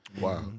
Wow